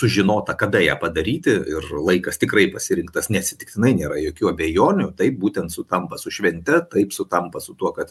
sužinota kada ją padaryti ir laikas tikrai pasirinktas neatsitiktinai nėra jokių abejonių taip būtent sutampa su švente taip sutampa su tuo kad